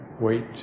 wait